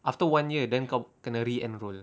after one year then kau kena re-enroll